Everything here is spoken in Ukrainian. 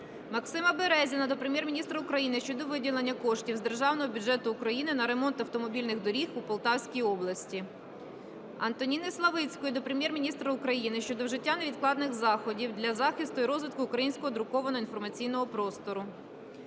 Максима Березіна до Прем'єр-міністра України щодо виділення коштів з Державного бюджету України на ремонт автомобільних доріг у Полтавській області. Антоніни Славицької до Прем'єр-міністра України щодо вжиття невідкладних заходів для захисту і розвитку українського друкованого інформаційного простору.